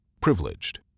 Privileged